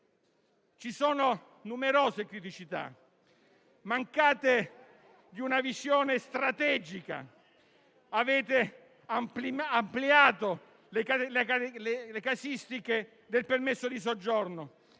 Ci sono numerose criticità. Mancate di una visione strategica; avete ampliato le casistiche del permesso di soggiorno